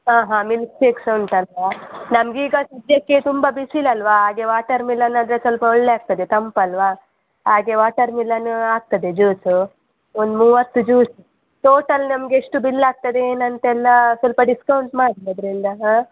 ಹಾಂ ಹಾಂ ಮಿಲ್ಕ್ಶೇಕ್ ಸ ಉಂಟಲ್ಲವಾ ನಮಗೀಗ ಸದ್ಯಕ್ಕೆ ತುಂಬ ಬಿಸಿಲಲ್ಲವಾ ಹಾಗೆ ವಾಟರ್ಮಿಲನ್ ಆದರೆ ಸ್ವಲ್ಪ ಒಳ್ಳೆ ಆಗ್ತದೆ ತಂಪಲ್ಲವಾ ಹಾಗೆ ವಾಟರ್ಮಿಲನು ಆಗ್ತದೆ ಜ್ಯೂಸು ಒಂದು ಮೂವತ್ತು ಜ್ಯೂಸ್ ಟೋಟಲ್ ನಮ್ಗೆ ಎಷ್ಟು ಬಿಲ್ ಆಗ್ತದೆ ಏನಂತೆಲ್ಲ ಸ್ವಲ್ಪ ಡಿಸ್ಕೌಂಟ್ ಮಾಡಿ ಅದರಿಂದ ಹಾಂ